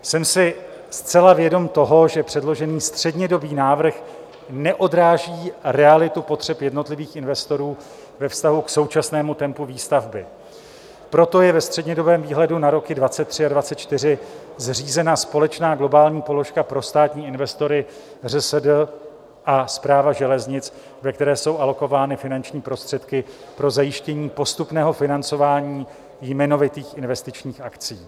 Jsem si zcela vědom toho, že předložený střednědobý návrh neodráží realitu potřeb jednotlivých investorů ve vztahu k současnému tempu výstavby, proto je ve střednědobém výhledu na roky 2023 a 2024 zřízena společná globální položka pro státní investory ŘSD a Správa železnic, ve které jsou alokovány finanční prostředky pro zajištění postupného financování jmenovitých investičních akcí.